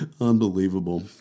unbelievable